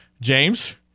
James